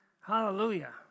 Hallelujah